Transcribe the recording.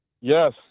yes